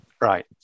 Right